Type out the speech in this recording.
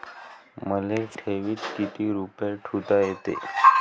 मले ठेवीत किती रुपये ठुता येते?